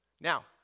Now